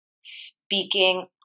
speaking